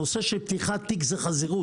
הנושא של פתיחת תיק זה חזירות